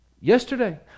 Yesterday